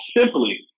simply